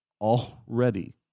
already